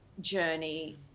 journey